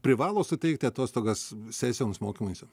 privalo suteikti atostogas sesijoms mokymuisi